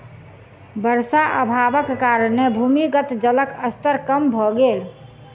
वर्षा अभावक कारणेँ भूमिगत जलक स्तर कम भ गेल